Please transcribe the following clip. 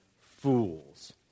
fools